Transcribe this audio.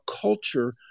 culture